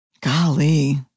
Golly